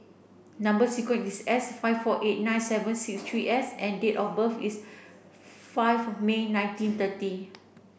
number sequence is S five four eight nine seven six three S and date of birth is five May nineteen thirty